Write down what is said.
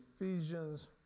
Ephesians